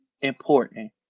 important